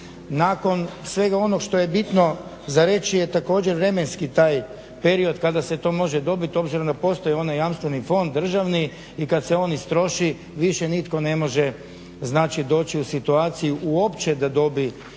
Nakon svega onog što je bitno za reći je također vremenski taj period kada se to može dobiti, obzirom da postoji onaj jamstveni fond, državni i kad se on istroši više nitko ne može, znači doći u situaciju uopće da dobi